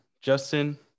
Justin